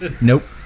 Nope